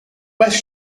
west